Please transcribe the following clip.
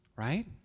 Right